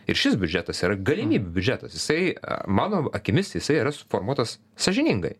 ir šis biudžetas yra galimybių biudžetas jisai mano akimis jisai yra suformuotas sąžiningai